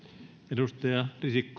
arvoisa